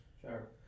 Sure